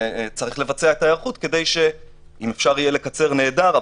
וצריך לבצע את ההיערכות אם אפשר יהיה לקצר נהדר,